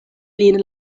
lin